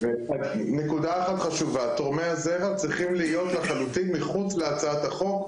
נקודה אחת חשובה: תורמי הזרע צריכים להיות לחלוטין מחוץ להצעת החוק.